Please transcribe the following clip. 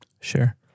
Sure